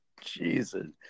Jesus